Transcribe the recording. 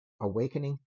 awakening